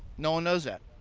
no one knows that.